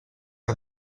que